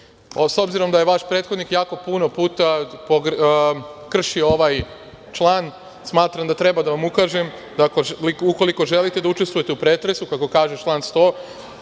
obzirom da je vaš prethodnik jako puno puta kršio ovaj član, smatram da treba da vam ukažem da ukoliko želite da učestvujete u pretresu, kako kaže član 100,